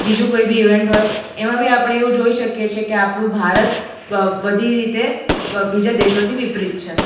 બીજું કોઈ બી ઇવેન્ટ હોય એમાં બી આપણે એવું જોઈ શકીએ છીએ કે આપણું ભારત બ બધી રીતે બીજા દેશોથી વિપરીત છે